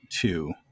two